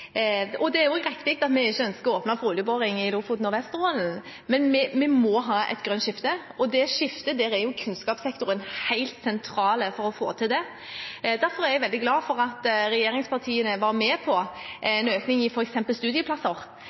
Det er også riktig at vi ikke ønsker å åpne for oljeboring i Lofoten og Vesterålen, men vi må ha et grønt skifte. Når det gjelder det skiftet, er kunnskapssektoren helt sentral for å få til det. Derfor er jeg veldig glad for at regjeringspartiene var med på f.eks. en økning i studieplasser